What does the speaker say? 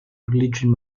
religion